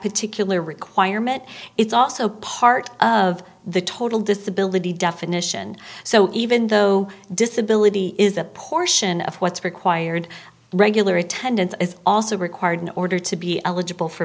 particular requirement it's also part of the total disability definition so even though disability is the portion of what's required regular attendance is also required in order to be eligible for